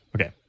Okay